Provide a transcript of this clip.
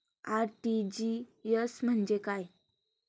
RTGS म्हणजे काय?